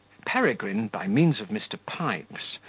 peregrine, by means of mr. pipes,